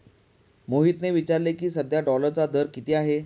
मोहितने विचारले की, सध्या डॉलरचा दर किती आहे?